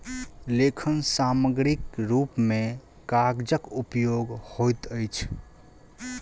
लेखन सामग्रीक रूप मे कागजक उपयोग होइत अछि